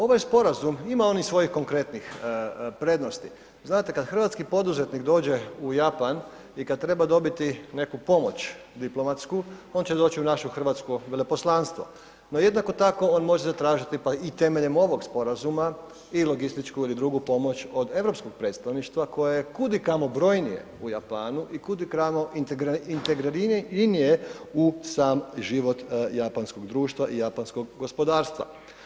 Ovaj sporazum, ima on i svojih konkretnih prednosti, znate kada hrvatski poduzetnik dođe u Japan i kada treba dobiti neku pomoć diplomatsku on će doći u naše Hrvatsko veleposlanstvo no jednako tako on može zatražiti i temeljem ovog sporazuma i logističku ili drugu pomoć od europskog predstavništva koja je kudikamo brojnije u Japanu i kudikamo integriranije u sam život japanskog društva i japanskog gospodarstva.